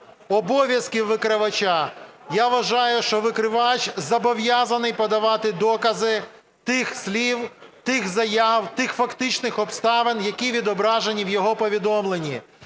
обов'язків викривача. Я вважаю, що викривач зобов'язаний подавати докази тих слів, тих заяв, тих фактичних обставин, які відображені в його повідомлені.